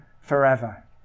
forever